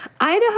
Idaho